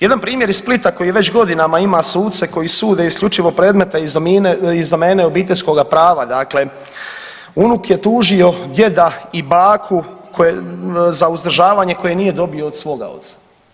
Jedan primjer iz Splita koji već godinama ima suce koji sude isključivo predmete iz domene obiteljskoga prava, dakle unuk je tužio djeda i baku koje, za uzdržavanje koje nije dobio od svoga oca.